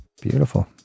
Beautiful